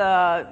the